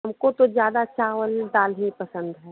हमको तो ज़्यादा चावल दाल ही पसन्द है